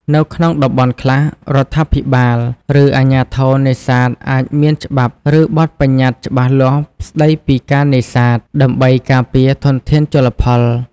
នៅក្នុងតំបន់ខ្លះ រដ្ឋាភិបាល ឬអាជ្ញាធរនេសាទអាចមានច្បាប់ ឬបទប្បញ្ញត្តិច្បាស់លាស់ស្តីពីការនេសាទ ដើម្បីការពារធនធានជលផល។